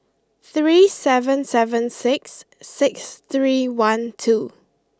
three seven seven six six three one two